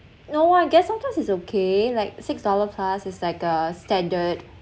no I guess sometimes it's okay like six dollar plus it's like a standard